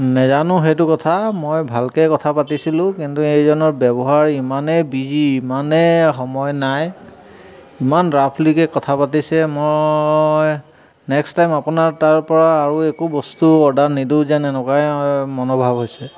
নেজানো সেইটো কথা মই ভালকৈ কথা পাতিছিলো কিন্তু এইজনৰ ব্যৱহাৰ ইমানেই বিজি ইমানেই সময় নাই ইমান ৰাফলিকে কথা পাতিছে মই নেক্সট টাইম আপোনাৰ তাৰপৰা আৰু একো বস্তু অৰ্ডাৰ নিদো যেন এনেকুৱাই মনৰ ভাৱ হৈছে